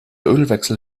ölwechsel